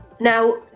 Now